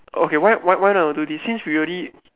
okay why why not you do this since we already